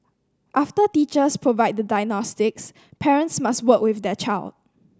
after teachers provide the diagnostics parents must work with their child